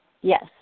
Yes